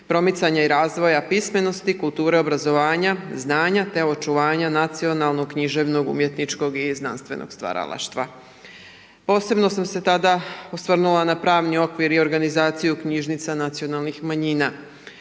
promicanja i razvoja pismenosti, kulture, obrazovanja, znanja te očuvanja nacionalnog, književnog, umjetničkog i znanstvenog stvaralaštva. Posebno sam se tada osvrnula na pravni okvir i organizaciju knjižnica nacionalnih manjina.